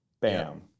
bam